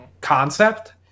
concept